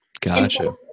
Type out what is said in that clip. Gotcha